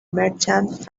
merchant